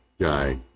guy